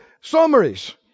summaries